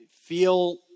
feel